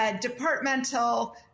departmental